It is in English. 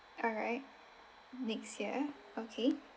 alright next year okay